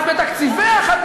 באמת.